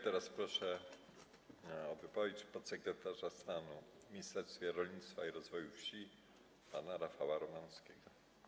Teraz proszę o wypowiedź podsekretarza stanu w Ministerstwie Rolnictwa i Rozwoju Wsi pana Rafała Romanowskiego.